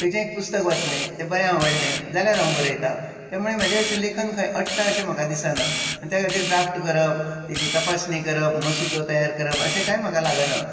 खंयचेय एक पुस्तक वाचलें ते बरें आवडले जाल्यार हांव बरयता ते मागीर म्हजे अशें लेखन खंय अडटा अशें म्हाका दिसना आनी त्या खातीर ते ड्राफ्ट करप ही ती तपासणी करप मसूदो तयार करप अशें कांय म्हाका लागना